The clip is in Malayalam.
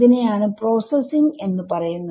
ഇതിനെയാണ് പ്രോസസ്സിംഗ് എന്ന് പറയുന്നത്